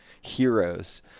heroes